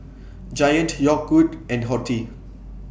Giant Yogood and Horti